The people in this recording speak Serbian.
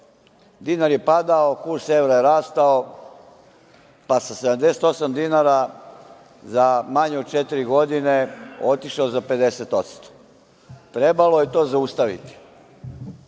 dinar je padao, kurs evra je rastao, pa sa 78 dinara za manje od četiri godine otišao za 50%.Trebalo je to zaustaviti,